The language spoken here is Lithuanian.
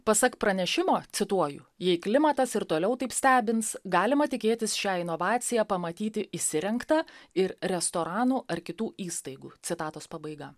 pasak pranešimo cituoju jei klimatas ir toliau taip stebins galima tikėtis šią inovaciją pamatyti įsirengtą ir restoranų ar kitų įstaigų citatos pabaiga